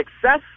success